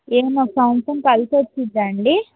ఏమన్న ఒక సంవత్సరం కలిసి వచ్చిద్దా అండి